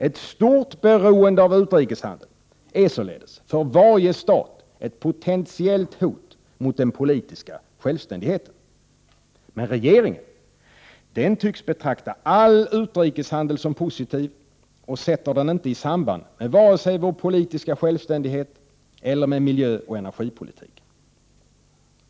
Ett stort beroende av utrikeshandel är således för varje stat ett potentiellt hot mot den politiska självständigheten. Regeringen tycks emellertid betrakta all utrikeshandel som positiv och sätter den inte i samband vare sig med vår politiska självständighet eller med miljöoch energipolitiken.